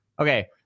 Okay